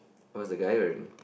what is the guy wearing